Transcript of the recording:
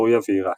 סוריה ועיראק.